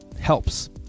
helps